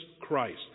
christ